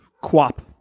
Quap